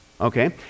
Okay